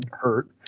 hurt